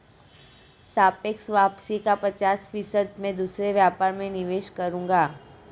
सापेक्ष वापसी का पचास फीसद मैं दूसरे व्यापार में निवेश करूंगा